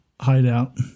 hideout